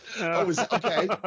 Okay